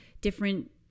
different